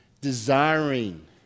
desiring